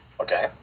Okay